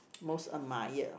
most admire